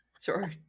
Sure